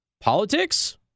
Politics